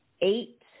Eight